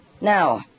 Now